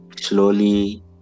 slowly